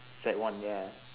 sec one ya